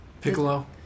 Piccolo